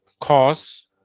cause